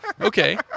okay